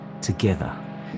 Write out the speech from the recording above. together